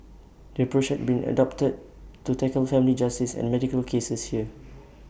the approach has been adopted to tackle family justice and medical cases here